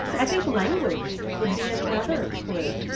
i think language would be another clue.